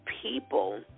people